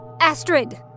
Astrid